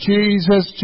Jesus